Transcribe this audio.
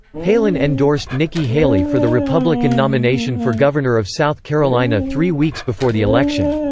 palin endorsed nikki haley for the republican nomination for governor of south carolina three weeks before the election.